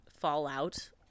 fallout